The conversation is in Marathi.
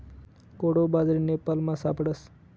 कोडो बाजरी नेपालमा सापडस